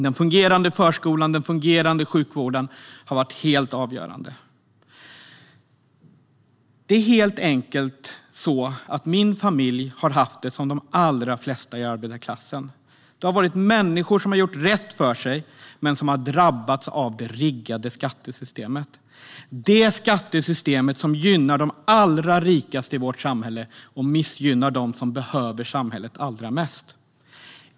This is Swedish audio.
Den fungerande förskolan och den fungerande sjukvården har varit helt avgörande. Min familj har helt enkelt haft det som de allra flesta i arbetarklassen. De är människor som har gjort rätt för sig men som har drabbats av det riggade skattesystemet som gynnar de allra rikaste i vårt samhälle och missgynnar dem som behöver samhället allra mest.